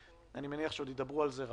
כי אני מניח שעוד ידברו על זה רבות.